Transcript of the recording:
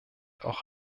auch